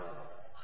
അതിനാൽ